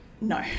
no